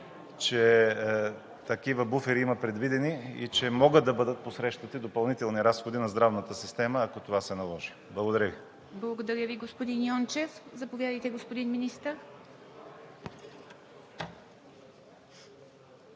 че такива буфери има предвидени и че могат да бъдат посрещнати допълнителни разходи на здравната система, ако това се наложи. Благодаря Ви. ПРЕДСЕДАТЕЛ ИВА МИТЕВА: Благодаря Ви, господин Йончев. Заповядайте, господин Министър.